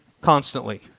constantly